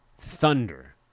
thunder